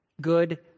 Good